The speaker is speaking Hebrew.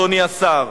אדוני השר.